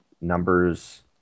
numbers